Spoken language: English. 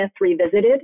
Revisited